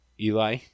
Eli